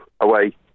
away